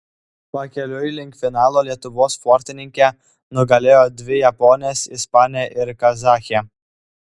pakeliui link finalo lietuvos sportininkė nugalėjo dvi japones ispanę ir kazachę